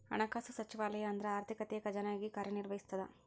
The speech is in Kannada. ಹಣಕಾಸು ಸಚಿವಾಲಯ ಅಂದ್ರ ಆರ್ಥಿಕತೆಯ ಖಜಾನೆಯಾಗಿ ಕಾರ್ಯ ನಿರ್ವಹಿಸ್ತದ